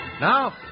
Now